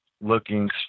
looking